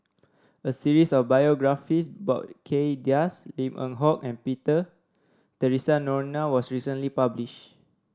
a series of biographies about Kay Das Lim Eng Hock and Peter Theresa Noronha was recently publish